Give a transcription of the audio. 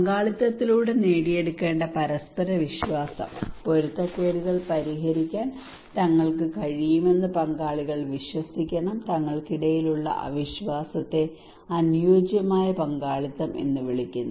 പങ്കാളിത്തത്തിലൂടെ നേടിയെടുക്കേണ്ട പരസ്പര വിശ്വാസം പൊരുത്തക്കേടുകൾ പരിഹരിക്കാൻ തങ്ങൾക്ക് കഴിയുമെന്ന് പങ്കാളികൾ വിശ്വസിക്കണം തങ്ങൾക്കിടയിലുള്ള അവിശ്വാസത്തെ അനുയോജ്യമായ പങ്കാളിത്തം എന്ന് വിളിക്കുന്നു